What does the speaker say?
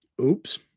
oops